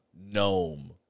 gnome